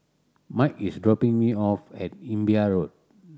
Mike is dropping me off at Imbiah Road